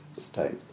state